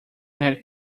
net